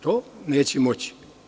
To neće moći.